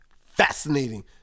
Fascinating